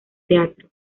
teatro